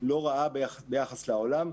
לא רעה ביחס לעולם.